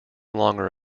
longer